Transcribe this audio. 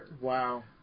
Wow